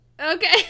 Okay